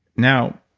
now,